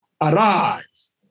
Arise